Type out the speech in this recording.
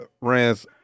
Rans